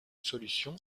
solution